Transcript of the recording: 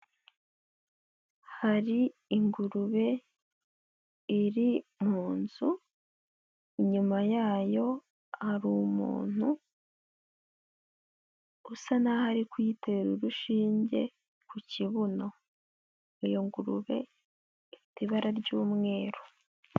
Hari ingurube iri mu nzu, inyuma yayo hari umuntu, usa naho ari kuyitera urushinge ku kibuno. Iyo ngurube ifite ibara ry'umweru.